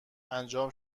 انجام